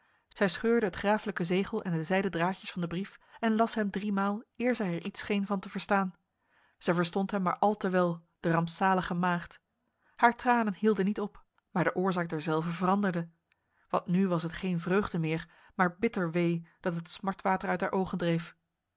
zij scheurde het graaflijke zegel en de zijden draadjes van de brief en las hem driemaal eer zij er iets scheen van te verstaan zij verstond hem maar al te wel de rampzalige maagd haar tranen hielden niet op maar de oorzaak derzelve veranderde want nu was het geen vreugde meer maar bitter wee dat het smartwater uit haar ogen dreef